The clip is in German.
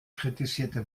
kritisierte